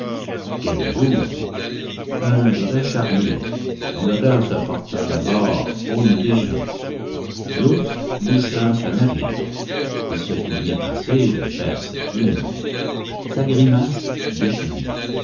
quel louvre un vrai charnier dont l'odeur se porta d'abord au nez des gens l'ours boucha sa narine il se fût bien passé de faire cette mine sa grimace déplut